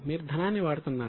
మీరు ధనాన్ని వాడుతున్నారు